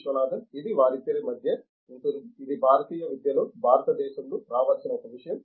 విశ్వనాథన్ ఇది వారిద్దరి మధ్య ఉంటుంది ఇది భారతీయ విద్యలో భారతదేశంలో రావాల్సిన ఒక విషయం